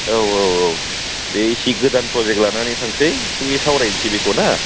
औ औ औ बै एसे गोदान प्रजेक्ट लानानै थांसै एसे सावरायनोसै बेखौ ना